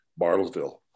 Bartlesville